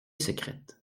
secrète